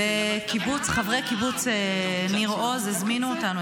חברי קיבוץ ניר עוז הזמינו אותנו,